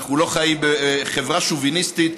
ואנחנו לא בחברה שוביניסטית,